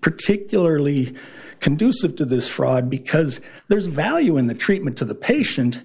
particularly conducive to this fraud because there's value in the treatment to the patient